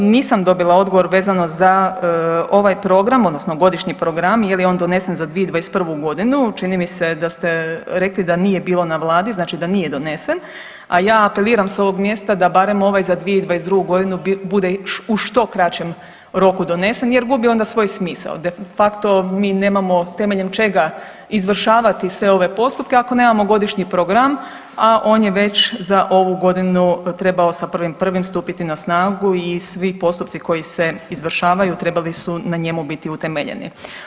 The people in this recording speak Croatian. Nisam dobila odgovor vezano za ovaj program odnosno godišnji program jel je on donesen za 2021.g., čini mi se da ste rekli da nije bio na vladi, znači da nije donesen, a ja apeliram s ovog mjesta da barem ovaj za 2022.g. bude u što kraćem roku donsen jer gubi onda svoj smisao, de facto mi nemamo temeljem čega izvršavati sve ove postupke ako nemamo godišnji program, a on je već za ovu godinu trebao sa 1.1. stupiti na snagu i svi postupci koji se izvršavaju trebali su na njemu biti utemeljeni.